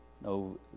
no